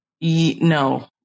No